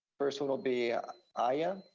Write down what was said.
first one will be aya,